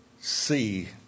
see